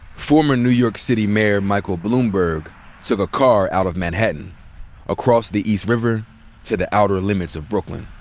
former new york city mayor michael bloomberg took a car out of manhattan across the east river to the outer limits of brooklyn.